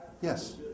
Yes